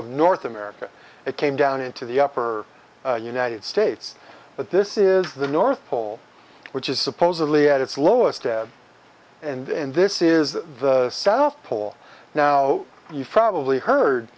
of north america it came down into the upper united states but this is the north pole which is supposedly at its lowest ebb and this is the south pole now you've probably heard